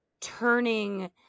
turning